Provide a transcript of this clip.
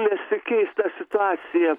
nesikeis ta situacija